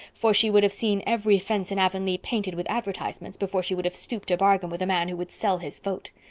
for she would have seen every fence in avonlea painted with advertisements before she would have stooped to bargain with a man who would sell his vote.